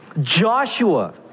joshua